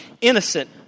innocent